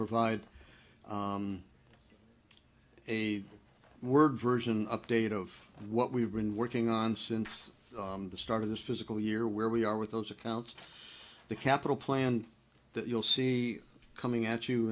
provide a word version update of what we've been working on since the start of this physical year where we are with those accounts the capital plan that you'll see coming at you